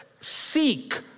Seek